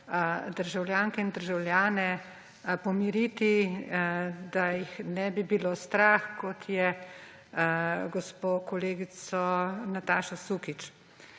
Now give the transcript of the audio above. državljanke in državljane pomiriti, da jih ne bi bilo strah, kot je gospo kolegico Natašo Sukič.